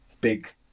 big